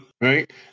Right